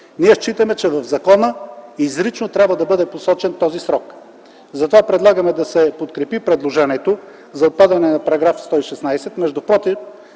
ние считаме, че в закона изрично трябва да бъде посочен този срок. Затова предлагаме да бъде подкрепено предложението да отпадне § 116. Между другото,